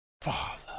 father